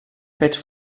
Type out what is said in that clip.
fets